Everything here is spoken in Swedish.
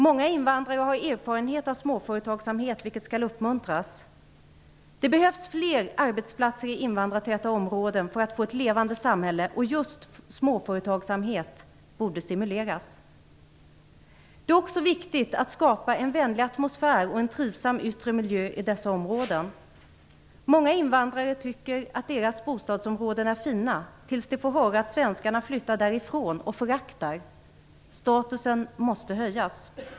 Många invandrare har erfarenhet av småföretagsamhet, vilket skall uppmuntras. Det behövs fler arbetsplatser i invandrartäta områden för att få ett levande samhälle, och just småföretagsamhet borde stimuleras. Det är också viktigt att skapa en vänligt atmosfär och en trivsam yttre miljö i dessa områden. Många invandrare tycker att deras bostadsområden är fina tills de får höra att svenskarna flyttar därifrån och föraktar dem. Statusen måste höjas.